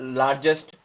largest